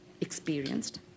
experienced